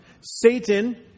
Satan